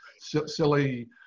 silly